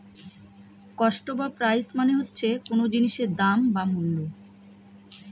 cost বা price মানে হচ্ছে কোন জিনিসের দাম বা মূল্য